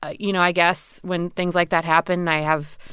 ah you know, i guess when things like that happen, i have,